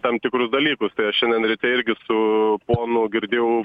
tam tikrus dalykus tai aš šiandien ryte irgi su ponu girdėjau